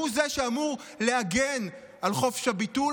שהוא זה שאמור להגן על חופש הביטוי,